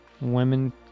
women